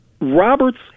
Roberts